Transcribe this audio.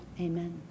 amen